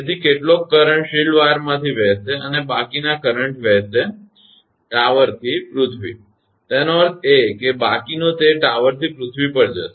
તેથી કેટલોક current shield વાયરમાંથી વહેશે અને બાકીના કરંટ વહેશે ટાવરથી પૃથ્વી તેનો અર્થ એ છે કે બાકીનો તે ટાવરથી પૃથ્વી પર જશે